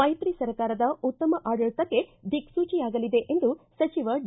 ಮೈತ್ರಿ ಸರ್ಕಾರದ ಉತ್ತಮ ಆಡಳಿತಕ್ಕೆ ದಿಕ್ಲೂಜಿಯಾಗಲಿದೆ ಎಂದು ಸಚಿವ ಡಿ